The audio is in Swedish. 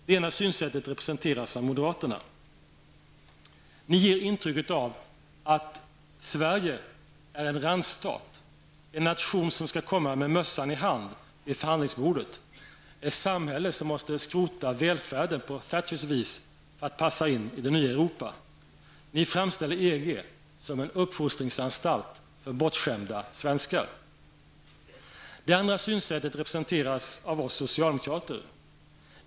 Det ena synsättet representeras av moderaterna. Ni ger intryck av att Sverige är en randstat, en nation som skall komma med mössan i hand till förhandlingsbordet, ett samhälle som måste skrota välfärden på Thatchers vis för att passa in i det nya Europa. Ni framställer EG som en uppfostringsanstalt för bortskämda svenskar. Det andra synsättet representeras av oss socialdemokrater.